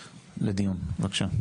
נתיב, בבקשה.